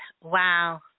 Wow